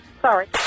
Sorry